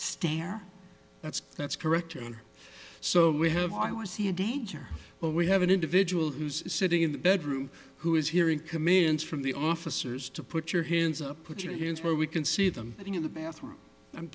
stare that's that's correct and so we have i was he a danger but we have an individual who's sitting in the bedroom who is hearing commands from the officers to put your hands up put your hands where we can see them in the bathroom and